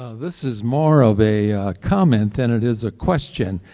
ah this is more of a comment than it is a question,